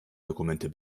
dokumente